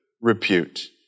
repute